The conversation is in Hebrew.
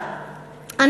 אני